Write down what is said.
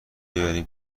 ببریم